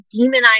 demonize